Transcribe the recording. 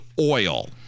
oil